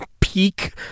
peak